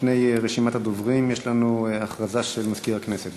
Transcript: לפני רשימת הדוברים, יש לנו הודעה של מזכיר הכנסת.